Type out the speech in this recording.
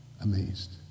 amazed